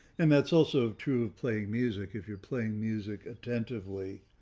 and that's also true playing music if you're playing music attentively,